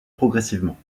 progressivement